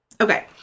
Okay